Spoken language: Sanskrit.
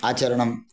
आचरणं